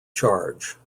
charge